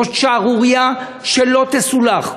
זאת שערורייה שלא תסולח.